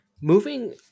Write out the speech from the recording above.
moving